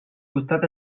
costat